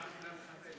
הרמתי להנחתה.